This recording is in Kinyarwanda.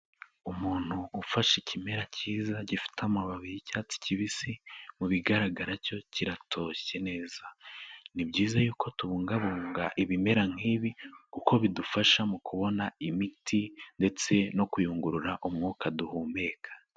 Umuntu ufashe ikimera cyiza gifite amababi y'icyatsi kibisi, mu bigaragara cyo kiratoshye neza, ni byiza y'uko tubungabunga ibimera nk'ibi kuko bidufasha mu kubona imiti ndetse no kuyungurura umwuka duhumeka.